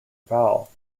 vowel